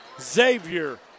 Xavier